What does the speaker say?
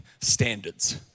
standards